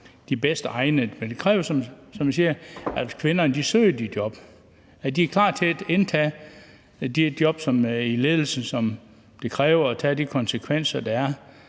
de bedst egnede. Men det kræver, som vi siger, at kvinderne søger de job, og at de er klar til at indtage de job i ledelsen og tage de konsekvenser, der er,